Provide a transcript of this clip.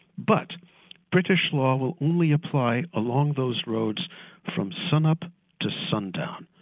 but british law will only apply along those roads from sun-up to sun-down.